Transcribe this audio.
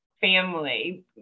family